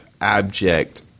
abject